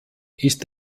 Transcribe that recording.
ist